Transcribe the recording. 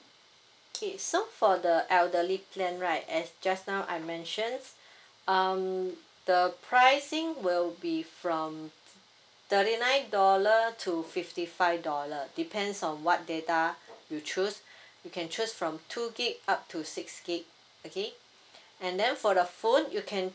K so for the elderly plan right as just now I mentioned um the pricing will be from thirty nine dollar to fifty five dollar depends on what data you choose you can choose from two gig up to six gig okay and then for the phone you can